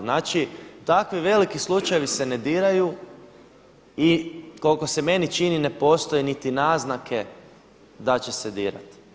Znači takvi veliki slučajevi se ne diraju i koliko se meni čini ne postoje niti naznake da će se dirati.